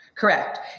Correct